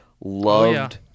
Loved